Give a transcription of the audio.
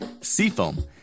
Seafoam